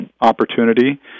opportunity